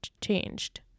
changed